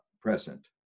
present